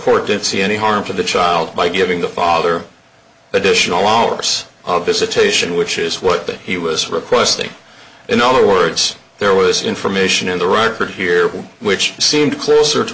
court didn't see any harm to the child by giving the father additional hours of visitation which is what he was requesting in other words there was information in the right for here which seemed closer to